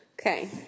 Okay